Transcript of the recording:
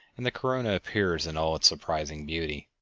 and the corona appears in all its surprising beauty.